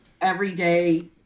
everyday